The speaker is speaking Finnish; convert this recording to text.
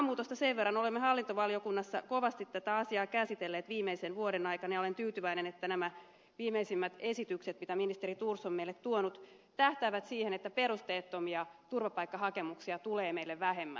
maahanmuutosta sen verran että olemme hallintovaliokunnassa kovasti tätä asiaa käsitelleet viime vuoden aikana ja olen tyytyväinen että nämä viimeisimmät esitykset mitä ministeri thors on meille tuonut tähtäävät siihen että perusteettomia turvapaikkahakemuksia tulee meille vähemmän